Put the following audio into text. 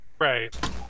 Right